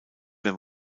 mehr